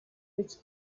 which